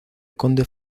conde